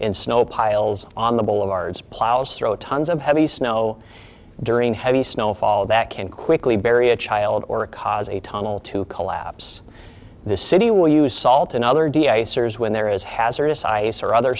and snow piles on the boulevards plows throw tons of heavy snow during heavy snowfall that can quickly bury a child or cause a tunnel to collapse the city will use salt in other d i sers when there is hazardous ice or other